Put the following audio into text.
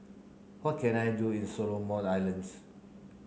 what can I do in Solomon Islands